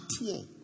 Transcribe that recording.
poor